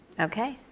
okay,